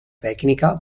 tecnica